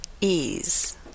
ease